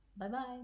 Bye-bye